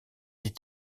est